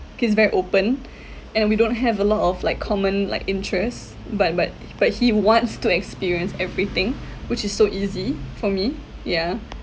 he's very open and we don't have a lot of like common like interests but but but he wants to experience everything which is so easy for me yeah